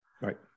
Right